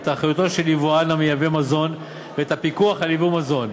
את אחריותו של יבואן מייצא מזון ואת הפיקוח על ייבוא מזון,